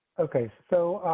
okay, so,